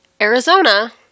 Arizona